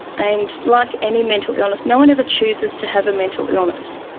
and like any mental illness, no one ever chooses to have a mental illness,